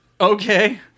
Okay